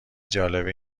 جالبه